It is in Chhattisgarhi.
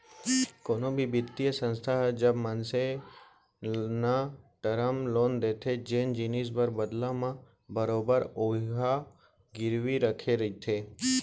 कोनो भी बित्तीय संस्था ह जब मनसे न टरम लोन देथे जेन जिनिस बर बदला म बरोबर ओहा गिरवी रखे रहिथे